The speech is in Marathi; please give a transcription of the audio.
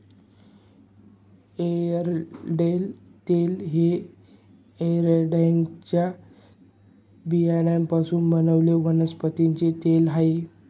एरंडेल तेल हे एरंडेलच्या बियांपासून बनवलेले वनस्पती तेल आहे